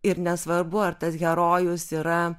ir nesvarbu ar tas herojus yra